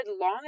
long